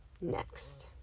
next